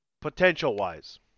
Potential-wise